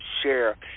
share